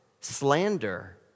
slander